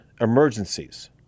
emergencies